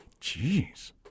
Jeez